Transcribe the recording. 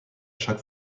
chaque